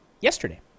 yesterday